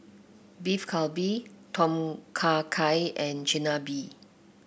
Beef Galbi Tom Kha Gai and Chigenabe